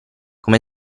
come